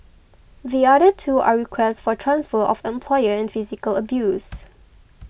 the other two are requests for transfer of employer and physical abuse